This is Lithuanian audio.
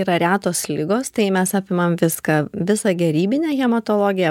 yra retos ligos tai mes apimam viską visą gerybinę hematologiją